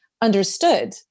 understood